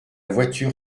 voiture